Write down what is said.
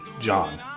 John